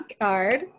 card